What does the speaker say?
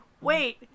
Wait